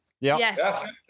Yes